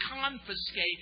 confiscate